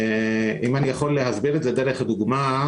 אם אני יכול להסביר את זה דרך דוגמה,